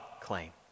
claim